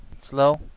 slow